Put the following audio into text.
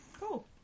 Cool